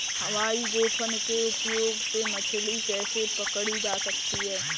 हवाई गोफन के उपयोग से मछली कैसे पकड़ी जा सकती है?